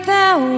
thou